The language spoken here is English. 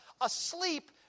asleep